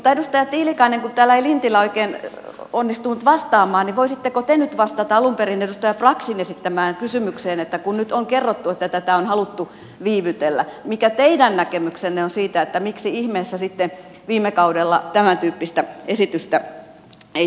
edustaja tiilikainen kun täällä ei lintilä oikein onnistunut vastaamaan niin voisitteko te nyt vastata alun perin edustaja braxin esittämään kysymykseen että kun nyt on kerrottu että tätä on haluttu viivytellä niin mikä teidän näkemyksenne on siitä miksi ihmeessä sitten viime kaudella tämäntyyppistä esitystä ei tuotu